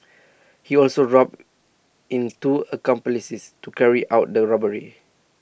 he also roped in two accomplices to carry out the robbery